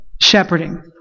shepherding